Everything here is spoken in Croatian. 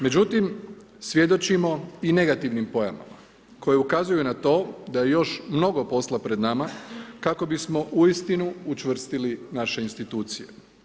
Međutim, svjedočimo i negativnim pojavama koje ukazuju na to da je još mnogo posla pred nama kako bismo uistinu učvrstili naše institucije.